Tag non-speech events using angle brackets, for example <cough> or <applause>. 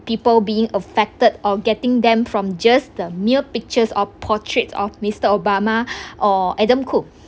people being affected or getting them from just the mere pictures of portraits of mister obama <breath> or adam khoo